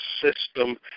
system